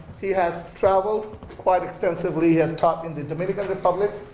he has traveled quite extensively, he has taught in the dominican republic.